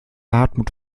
hartmut